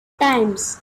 times